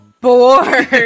bored